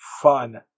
Fun